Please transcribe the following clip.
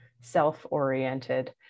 self-oriented